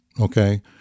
okay